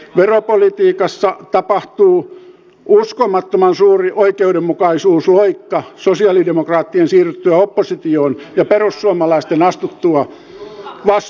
veropolitiikassa tapahtuu uskomattoman suuri oikeudenmukaisuusloikka sosialidemokraattien siirryttyä oppositioon ja perussuomalaisten astuttua vastuuseen